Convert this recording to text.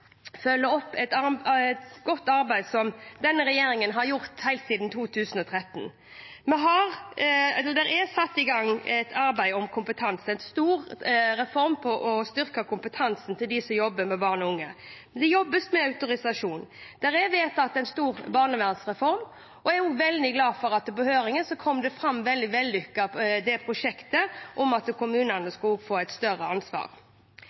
opp et godt arbeid, som denne regjeringen har gjort helt siden 2013. Det er satt i gang et arbeid om kompetanse – en stor reform for å styrke kompetansen til dem som jobber med barn og unge. Det jobbes med autorisasjon. Det er vedtatt en stor barnevernsreform, og jeg er veldig glad for at det i høringen kom fram at prosjektet for at kommunene skulle få et større ansvar,